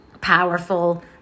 powerful